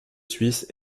suisse